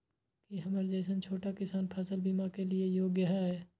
की हमर जैसन छोटा किसान फसल बीमा के लिये योग्य हय?